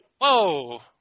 Whoa